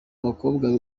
abakobwa